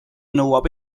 nõuab